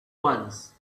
once